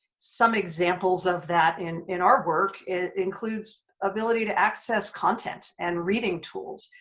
some examples of that in in our work it includes ability to access content and reading tools.